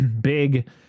big